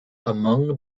among